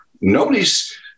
Nobody's